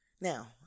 Now